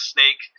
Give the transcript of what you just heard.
Snake